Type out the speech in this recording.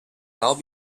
now